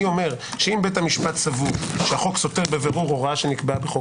אני אומר שאם בית המשפט סבור שהחוק סותר בבירור הוראה שנקבעה בחוק